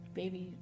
baby